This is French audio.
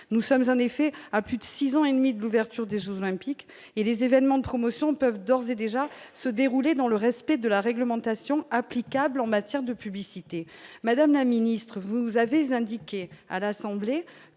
nous sommes en effet à plus de 6 ans et demi d'ouverture des Jeux olympiques et les événements de promotion peuvent d'ores et déjà se dérouler dans le respect de la réglementation applicable en matière de publicité, madame la ministre, vous avez indiqué à l'Assemblée